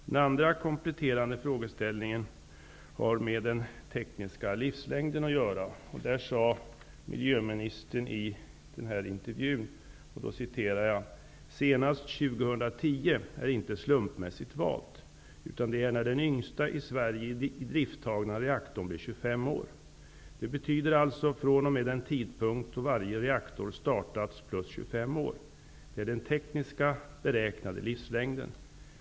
Den andra kompletterande frågan har med den tekniska livslängden att göra. Där sade miljöministern i intervjun: ''Senast 2010 är inte slumpmässigt valt. Utan det är när den yngsta i Sverige idrifttagna reaktorn blir 25 år. Det betyder alltså att från och med den tidpunkt då varje reaktor startats plus 25 år. Det är den tekniska beräknade livslängden.